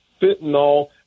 fentanyl